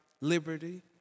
liberty